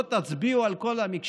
לא תצביעו על כל המקשה,